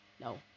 No